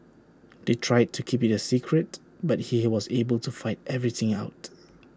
they tried to keep IT A secret but he was able to figure everything out